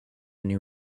new